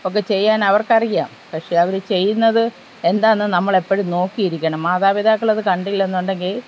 ഒക്കെ ചെയ്യാനവർക്കറിയാം പക്ഷേ അവർ ചെയ്യുന്നത് എന്താണെന്ന് നമ്മളെപ്പോഴും നോക്കിയിരിക്കണം മാതാപിതാക്കളത് കണ്ടില്ലെന്നുണ്ടെങ്കിൽ